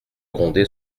grondé